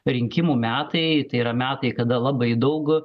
rinkimų metai tai yra metai kada labai daug